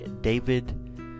David